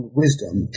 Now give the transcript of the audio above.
wisdom